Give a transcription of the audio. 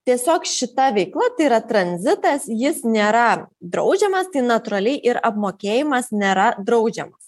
tiesiog šita veikla tai yra tranzitas jis nėra draudžiamas tai natūraliai ir apmokėjimas nėra draudžiamas